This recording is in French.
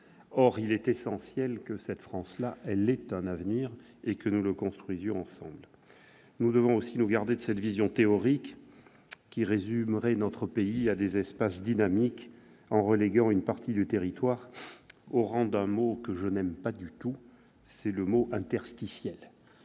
Or il est essentiel que cette France-là ait un avenir et que nous le construisions ensemble. Nous devons aussi nous garder de cette vision théorique qui résumerait notre pays à des espaces dynamiques, en reléguant une partie du territoire au rang de zones interstitielles- mot que je n'aime pas du tout. Représentant d'un territoire